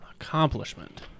accomplishment